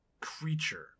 creature